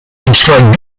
construct